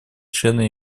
члены